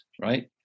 right